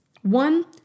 One